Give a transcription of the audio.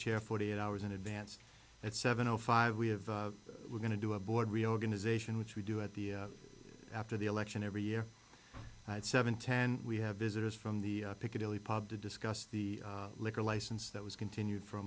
chair forty eight hours in advance at seven o five we have we're going to do a board reorganization which we do at the after the election every year seven ten we have visitors from the piccadilly pub to discuss the liquor license that was continued f